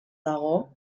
dago